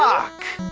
fuck!